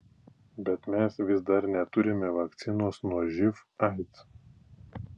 bet mes vis dar neturime vakcinos nuo živ aids